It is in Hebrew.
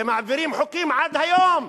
ומעבירים חוקים עד היום,